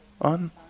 on